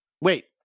Wait